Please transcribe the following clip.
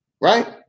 right